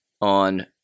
on